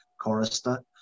chorister